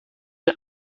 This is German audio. der